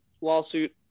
lawsuit